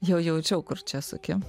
jau jaučiau kur čia suki